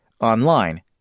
Online